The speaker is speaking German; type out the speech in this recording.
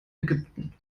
ägypten